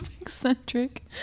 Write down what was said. eccentric